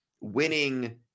winning